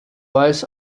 weiß